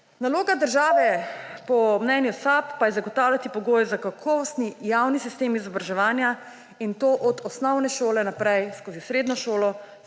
Naloga države po mnenju SAB pa je zagotavljati pogoje za kakovostni javni sistem izobraževanja, in to od osnovne šole naprej, skozi srednjo šolo,